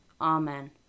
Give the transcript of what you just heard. Amen